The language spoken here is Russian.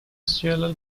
сделал